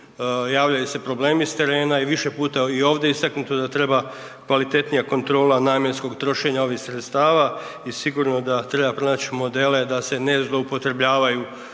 javljaju se problemi s terena i više puta je i ovdje istaknuto da treba kvalitetnija kontrola namjenskog trošenja ovih sredstava i sigurno da treba pronać modele da se ne zloupotrebljavaju